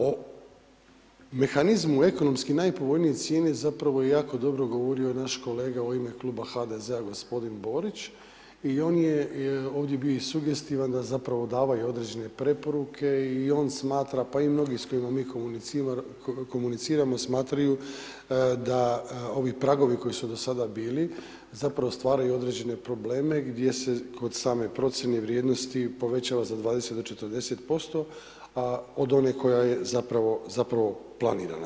O mehanizmu u ekonomski najpovoljnijoj cijeni zapravo jako dobro govorio naš kolega u ime Kluba HDZ-a g. Borić i on je ovdje bio i sugestivan, da zapravo, davao je određene preporuke i on smatra, pa i mnogi s kojima mi komuniciramo smatraju da ovi pragovi koji su do sada bili, zapravo stvaraju određene probleme, gdje se kod same procijene vrijednosti, povećava za 20-40%, a od one koja je zapravo planirana.